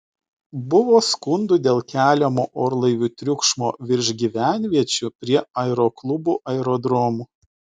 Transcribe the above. buvo skundų dėl keliamo orlaivių triukšmo virš gyvenviečių prie aeroklubų aerodromų